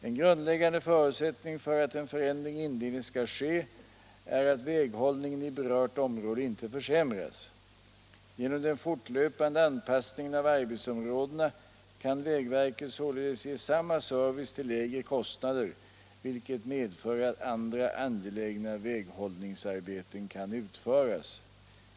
En grundläggande förutsättning för att en förändring i indelningen skall ske är att väghållningen i berört område inte försämras. Genom den fortlöpande anpassningen av arbetsområdena kan vägverket således ge samma service till lägre kostnader, vilket medför att andra angelägna väghållningsarbeten kan utföras.